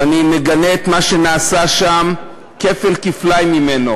ואני מגנה את מה שנעשה שם כפל-כפליים ממנו.